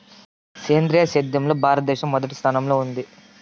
సేంద్రీయ సేద్యంలో భారతదేశం మొదటి స్థానంలో ఉంది